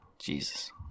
Jesus